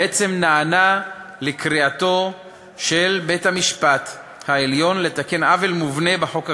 בעצם נענה לקריאתו של בית-המשפט העליון לתקן עוול מובנה בחוק הקיים,